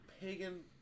pagan